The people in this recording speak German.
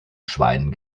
schweinen